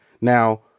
Now